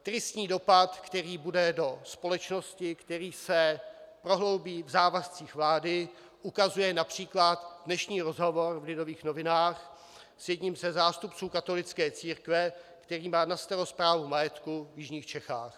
Tristní dopad, který bude do společnosti, který se prohloubí v závazcích vlády, ukazuje například dnešní rozhovor v Lidových novinách s jedním ze zástupců katolické církve, který má na starost správu majetku v jižních Čechách.